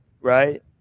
right